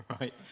right